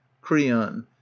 Creon